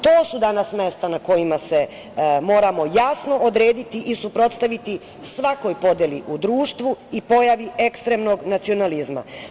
To su danas mesta na kojima se moramo jasno odrediti i suprotstaviti svakoj podeli u društvu i pojavi ekstremnog nacionalizma.